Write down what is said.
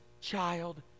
child